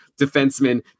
defenseman